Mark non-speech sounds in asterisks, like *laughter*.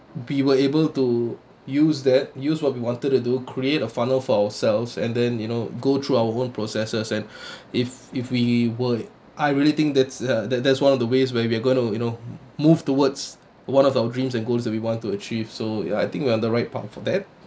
we were able to use that use what we wanted to do create a funnel for ourselves and then you know go through our own processes and *breath* if if we were I really think that's uh that that's one of the ways we're we're going to you know move towards one of our dreams and goals we want to achieve so ya I think we're on the right path for that